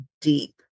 deep